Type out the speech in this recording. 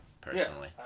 personally